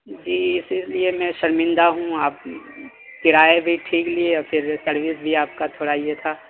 جی اسی لیے میں شرمندہ ہوں آپ کرایہ بھی ٹھیک لیے پھر سروس بھی آپ کا تھوڑا یہ تھا